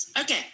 okay